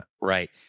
Right